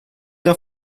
der